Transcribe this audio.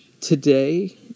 Today